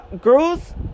girl's